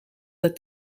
het